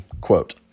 Quote